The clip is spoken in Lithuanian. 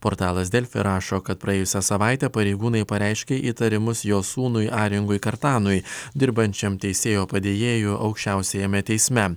portalas delfi rašo kad praėjusią savaitę pareigūnai pareiškė įtarimus jos sūnui aringui kartanui dirbančiam teisėjo padėjėju aukščiausiajame teisme